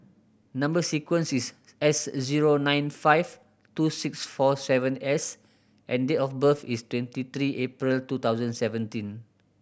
number sequence is S zero nine five two six four seven S and date of birth is twenty three April two thousand seventeen